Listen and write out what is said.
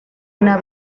una